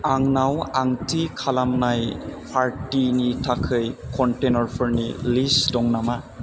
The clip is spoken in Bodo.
आंनाव आं थि खालामनाय पार्तिनि थाखाय कन्ट्रेक्ट'फोरनि लिस्त दं नामा